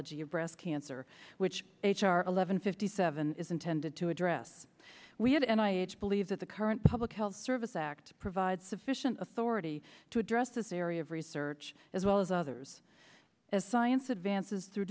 of breast cancer which h r eleven fifty seven is intended to address we have and i each believe that the current public health service act provides sufficient authority to address this area of research as well as others as science advances through